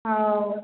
ହଉ